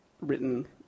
written